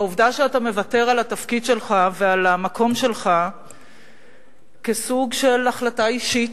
העובדה שאתה מוותר על התפקיד שלך ועל המקום שלך כסוג של החלטה אישית,